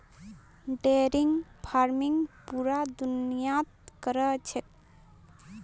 dairy farming पूरा दुनियात क र छेक